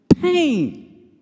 pain